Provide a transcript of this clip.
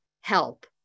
help